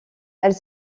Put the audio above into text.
elle